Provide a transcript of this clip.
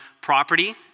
property